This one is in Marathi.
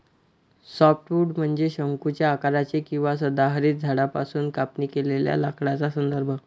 सॉफ्टवुड म्हणजे शंकूच्या आकाराचे किंवा सदाहरित झाडांपासून कापणी केलेल्या लाकडाचा संदर्भ